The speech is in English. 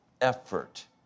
effort